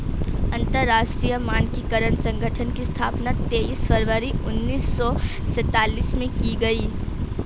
अंतरराष्ट्रीय मानकीकरण संगठन की स्थापना तेईस फरवरी उन्नीस सौ सेंतालीस में की गई